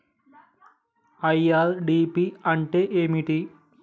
IRDP అంటే ఏమిటి?